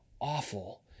awful